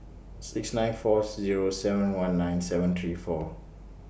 six nine four Zero seven one nine seven three four